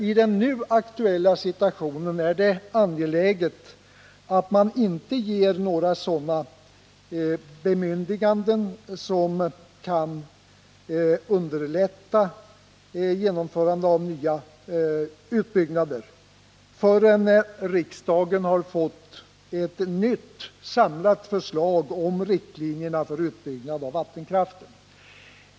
I den nu aktuella situationen är det angeläget att man inte ger några bemyndiganden som kan underlätta nya utbyggnader, förrän riksdagen har fått ett nytt samlat grepp om riktlinjerna för utbyggnad av vattenkraften.